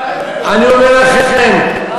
אני אומר לכם,